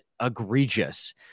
egregious